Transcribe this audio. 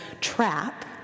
trap